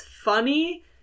funny